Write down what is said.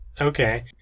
Okay